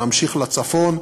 ונמשיך לצפון.